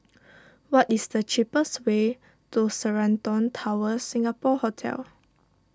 what is the cheapest way to Sheraton Towers Singapore Hotel